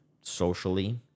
socially